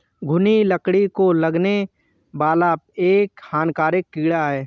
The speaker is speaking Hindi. घून लकड़ी को लगने वाला एक हानिकारक कीड़ा है